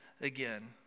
again